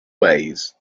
ways